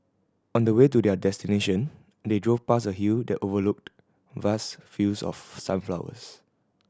on the way to their destination they drove past a hill that overlooked vast fields of sunflowers